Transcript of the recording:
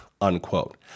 unquote